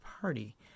Party